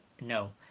no